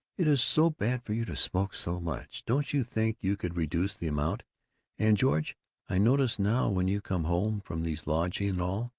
it is so bad for you to smoke so much. don't you think you could reduce the amount? and george i notice now, when you come home from these lodges and all,